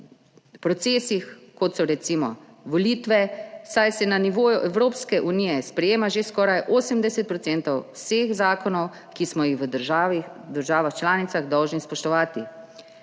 procesih, kot so recimo volitve, saj se na nivoju Evropske unije sprejema že skoraj 80 % vseh zakonov, ki smo jih v državah članicah dolžni spoštovati.